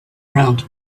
around